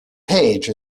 page